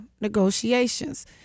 negotiations